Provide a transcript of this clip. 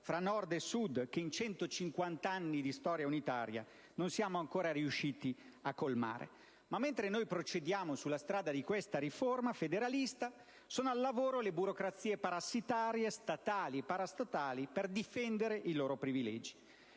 tra Nord e Sud che in 150 anni di storia unitaria non siamo ancora riusciti come Paese a colmare. Ma mentre noi procediamo sulla strada di questa riforma federalista, sono al lavoro le burocrazie parassitarie, statali e parastatali, per difendere i loro privilegi.